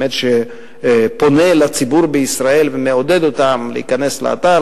שפונה לציבור לישראל ומעודד אותם להיכנס לאתר,